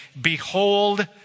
behold